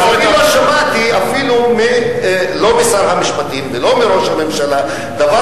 אני לא שמעתי אפילו לא משר המשפטים ולא מראש הממשלה דבר,